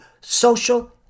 social